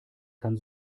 kann